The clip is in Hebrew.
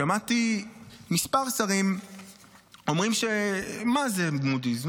שמעתי כמה שרים אומרים: מה זה מודי'ס?